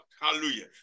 hallelujah